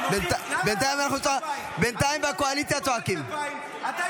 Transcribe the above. בינתיים בקואליציה צועקים ------ אם